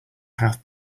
path